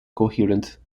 coherent